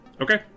Okay